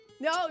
No